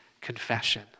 confession